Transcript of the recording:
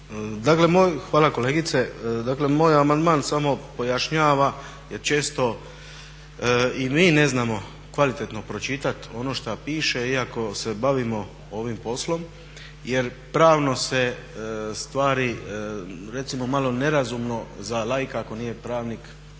(HNS)** Hvala kolegice. Dakle moj amandman samo pojašnjava jer često i mi ne znamo kvalitetno pročitati ono što piše iako se bavimo ovim poslom jer pravno se stvari recimo malo nerazumno za laika ako nije pravnik